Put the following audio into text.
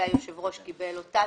והיושב ראש קיבל אותה.